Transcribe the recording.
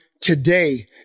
today